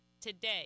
today